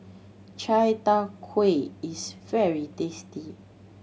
chai tow kway is very tasty